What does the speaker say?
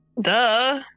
Duh